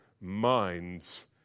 minds